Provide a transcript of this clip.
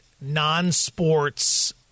non-sports